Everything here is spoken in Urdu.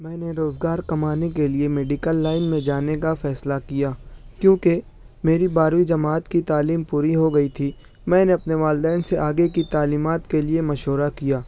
میں نے روزگار کمانے کے لیے میڈیکل لائن میں جانے کا فیصلہ کیا کیونکہ میری بارھویں جماعت کی تعلیم پوری ہو گئی تھی میں نے اپنے والدین سے آگے کی تعلیمات کے لئے مشورہ کیا